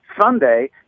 Sunday